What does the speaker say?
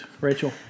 Rachel